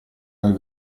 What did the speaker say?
nel